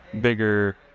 bigger